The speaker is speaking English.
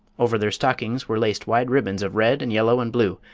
over their stockings were laced wide ribbons of red and yellow and blue,